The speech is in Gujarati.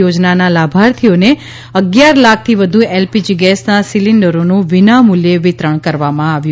યોજનાના લાભાર્થીઓન અગીયાર લાખથી વધુ એલપીજી ગામના સિલીન્ડરોનું વિનામુલ્યાવિતરણ કરવામાં આવ્યું